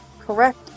correct